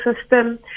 system